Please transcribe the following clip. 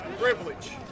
privilege